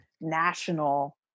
national